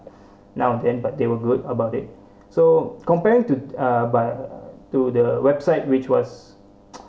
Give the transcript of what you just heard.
now then but they were good about it so comparing to uh but to the website which was